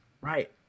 Right